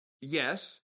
Yes